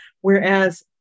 Whereas